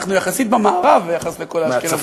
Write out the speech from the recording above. אנחנו יחסית במערב, ביחס לכל האשכנזים.